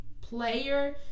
player –